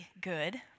good